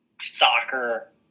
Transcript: soccer